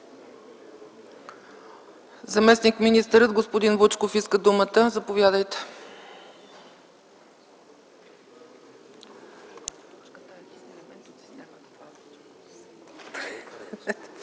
Заместник-министърът господин Вучков иска думата. Заповядайте.